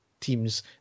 teams